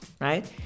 right